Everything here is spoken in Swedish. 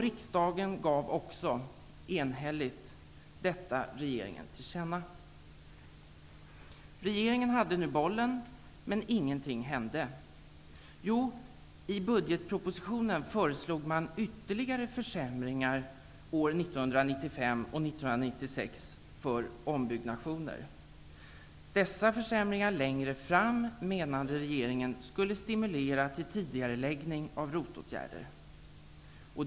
Riksdagen gav också, enhälligt, detta regeringen till känna. Regeringen hade nu bollen, men ingenting hände. Dessa försämringar längre fram menade regeringen skulle stimulera till tidigareläggning av ROT åtgärder.